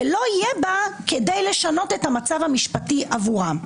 ולא יהיה בה כדי לשנות את המצב המשפטי עבורם."